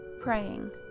praying